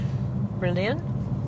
brilliant